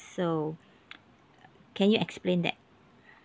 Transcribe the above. so can you explain that